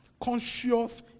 conscious